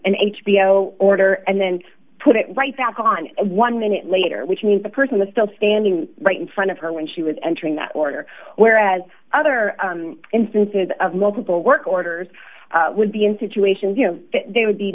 an h b o order and then put it right back on one minute later which means the person the still standing right in front of her when she was entering that order whereas other instances of multiple work orders would be in situations you know they would be